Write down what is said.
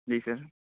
جی سر